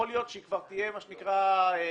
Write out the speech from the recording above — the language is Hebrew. יכול להיות שהיא כבר תהיה ניתוח שלאחר